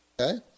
Okay